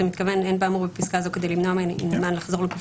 אתה מתכוון ל'אין באמור בפסקה זו כדי למנוע מהנמען לחזור לגוף